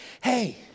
Hey